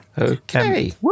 Okay